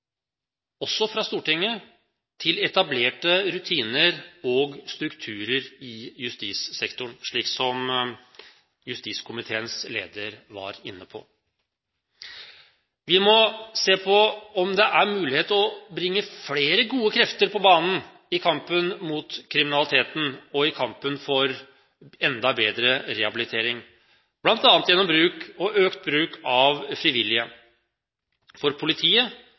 også fra Stortinget, til etablerte rutiner og strukturer i justissektoren, slik justiskomiteens leder var inne på. Vi må se på om det er mulig å bringe flere gode krefter på banen i kampen mot kriminaliteten og i kampen for enda bedre rehabilitering, bl.a. ved økt bruk av frivillige – for politiet